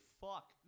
fuck